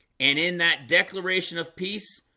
and in that declaration of peace,